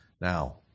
Now